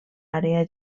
àrea